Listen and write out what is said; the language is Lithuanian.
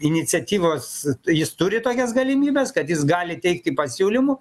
iniciatyvos jis turi tokias galimybes kad jis gali teikti pasiūlymų